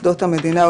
ש-(1)